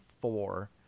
four